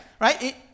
Right